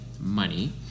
money